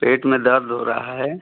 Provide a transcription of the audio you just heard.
पेट में दर्द हो रहा है